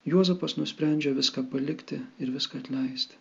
juozapas nusprendžia viską palikti ir viską atleisti